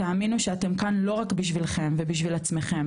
תאמינו שאתם כאן לא רק בשבילכם ובשביל עצמכם,